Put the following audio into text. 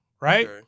Right